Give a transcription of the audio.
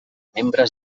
membres